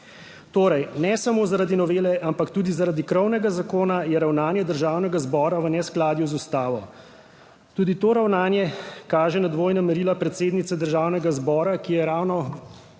Torej, ne samo zaradi novele, ampak tudi zaradi krovnega zakona je ravnanje Državnega zbora v neskladju z ustavo. Tudi to ravnanje kaže na dvojna merila predsednice Državnega zbora, ki je ravno